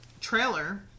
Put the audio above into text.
trailer